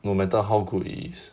no matter how good is